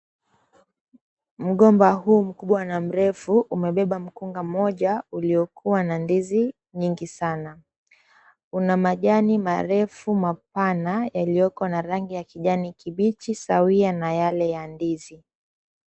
Mgomba huu mkubwa na mrefu umebeba mkunga moja uliokuwa na ndizi nyingi sana. Una majani marefu mapana yaliyoko na rangi ya kijani kibichi sawia na yale ya ndizi.